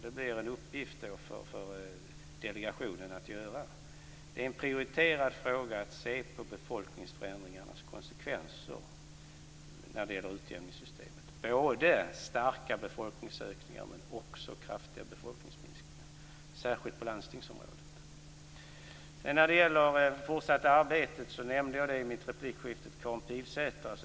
Det blir en uppgift för delegationen. Det är en prioriterad fråga att se på befolkningsförändringarnas konsekvenser när det gäller utjämningssystemet, både starka befolkningsökningar och kraftiga befolkningsminskningar, särskilt på landstingsområdet. När det gäller det fortsatta arbetet nämnde jag det i replikskiftet med Karin Pilsäter.